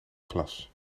klas